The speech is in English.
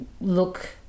look